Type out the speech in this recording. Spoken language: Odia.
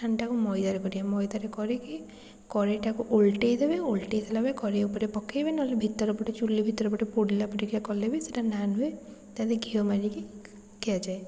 ନାନ୍ଟାକୁ ମଇଦାରେ କରିବା ମଇଦାରେ କରିକି କରେଇଟାକୁ ଓଲଟେଇଦେବା ଓଲଟେଇ ଦେଲା ପରେ କରେଇ ଉପରେ ପକେଇବେ ନହେଲେ ଭିତର ପଟେ ଚୁଲି ଭିତର ପଟେ ପୋଡ଼ିଲା ଭଳି କଲେ ବି ସେଇଟା ନାନ୍ ହୁଏ ତା' ଘିଅ ମାରିକି ଖିଆଯାଏ